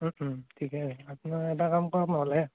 ঠিকেই আপোনাৰ এটা কাম কৰক নহ'লে